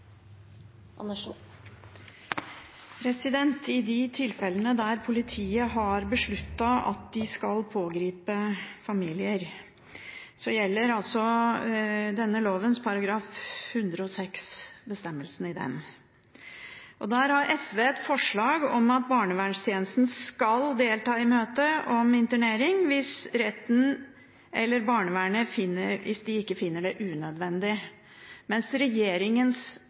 den måten de gjør i dag. I de tilfellene der politiet har besluttet at de skal pågripe familier, gjelder bestemmelsene i lovens § 106. Der har SV et forslag om at barnevernstjenesten «skal delta i møte om internering hvis ikke retten eller barnevernet finner det unødvendig», mens regjeringens